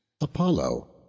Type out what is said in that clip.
Apollo